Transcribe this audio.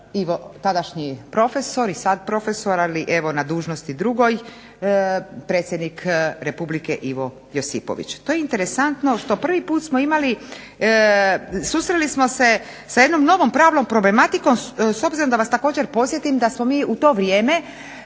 tadašnji profesor i sad profesor, ali na dužnosti drugoj, predsjednik Republike Ivo Josipović. To je interesantno što prvi put smo imali, susreli smo se sa jednom novom pravnom problematikom s obzirom da vas također podsjetim da smo mi u to vrijeme